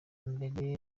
mbere